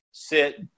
sit